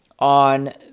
on